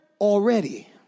already